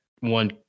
one